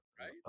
Right